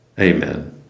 Amen